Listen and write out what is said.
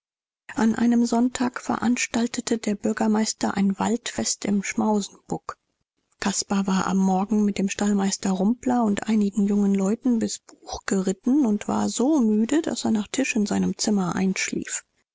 an einem sonntag veranstaltete der bürgermeister ein waldfest im schmausenbuk caspar war am morgen mit dem stallmeister rumpler und einigen jungen leuten bis buch geritten und war so müde daß er nach tisch in seinem zimmer einschlief